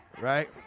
Right